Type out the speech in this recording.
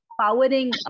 powering